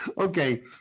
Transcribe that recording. okay